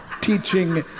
teaching